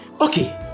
okay